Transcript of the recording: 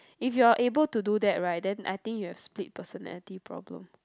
if you're able to do that right then I think you've split personality problem